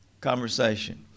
conversation